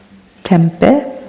tempeh,